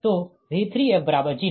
तो V3f0